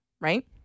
right